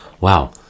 Wow